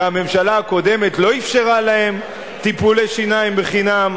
שהממשלה הקודמת לא אפשרה להם טיפולי שיניים בחינם.